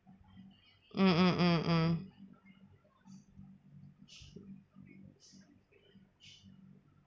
mm mm mm mm